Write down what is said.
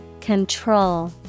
Control